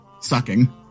sucking